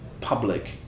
public